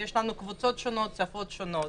יש לנו קבוצות שונות, שפות שונות.